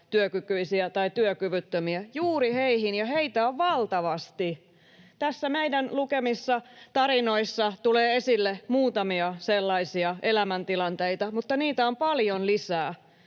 osa-aikatyökykyisiä tai työkyvyttömiä — juuri heihin, ja heitä on valtavasti. Näissä meidän lukemissamme tarinoissa tulee esille muutamia sellaisia elämäntilanteita, mutta niitä on paljon lisää.